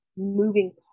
moving